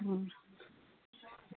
ꯑꯣ